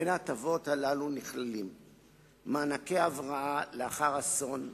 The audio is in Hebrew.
בהטבות הללו נכללים מענקי הבראה לאחר אסון,